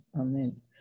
Amen